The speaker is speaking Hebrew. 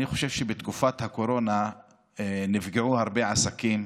אני חושב שבתקופת הקורונה נפגעו הרבה עסקים,